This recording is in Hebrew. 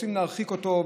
הם רוצים להרחיק אותו,